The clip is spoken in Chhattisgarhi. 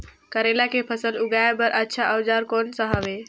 करेला के फसल उगाई बार अच्छा औजार कोन सा हवे?